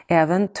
även